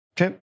Okay